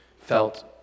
felt